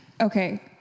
Okay